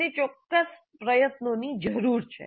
તેને ચોક્કસ પ્રયત્નોની જરૂર છે